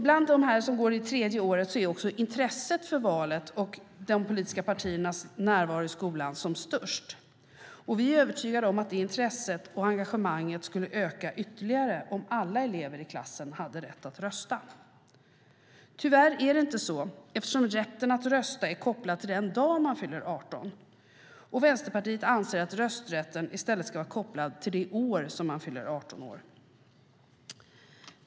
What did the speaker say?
Bland dem som går tredje året är intresset för valet och de politiska partiernas närvaro i skolan som störst. Vi är övertygade om att det intresset och engagemanget skulle öka ytterligare om alla elever i klassen hade rätt att rösta. Tyvärr är det inte så eftersom rätten att rösta är kopplad till den dag man fyller 18. Vänsterpartiet anser att rösträtten i stället ska vara kopplad till det år man fyller 18.